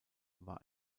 war